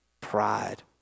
pride